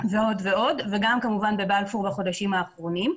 ועוד ועוד, וגם כמובן בבלפור בחודשים האחרונים.